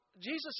Jesus